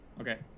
okay